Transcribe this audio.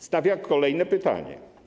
Stawia kolejne pytanie.